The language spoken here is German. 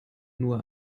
nur